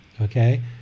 Okay